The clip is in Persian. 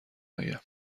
آیم